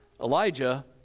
Elijah